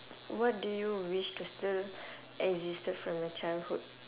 what do you wish that still existed from your childhood